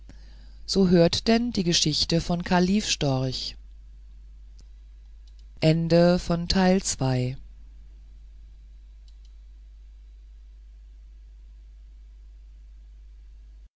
so hört denn die geschichte von kalif storch